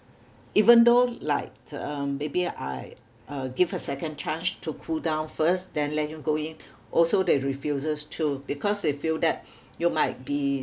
even though like um maybe I uh give a second chance to cool down first then let him go in also they refuses to because they feel that you might be